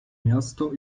miasto